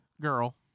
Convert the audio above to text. girl